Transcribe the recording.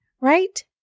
Right